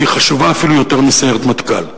חשובה, אפילו יותר מסיירת מטכ"ל.